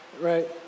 right